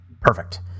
Perfect